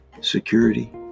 security